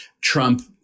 trump